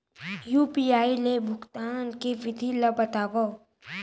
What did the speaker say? UPI ले भुगतान के विधि ला बतावव